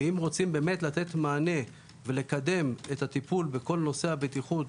אם רוצים באמת לתת מענה ולקדם את הטיפול בכל נושא הבטיחות